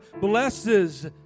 blesses